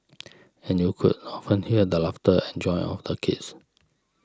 and you could often hear the laughter and joy of the kids